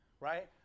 right